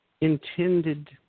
intended